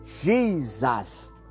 Jesus